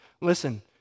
listen